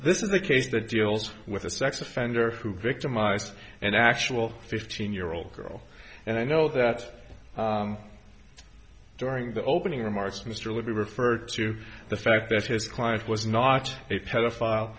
this is the case that deals with a sex offender who victimized an actual fifteen year old girl and i know that during the opening remarks mr libby referred to the fact that his client was not a pedophile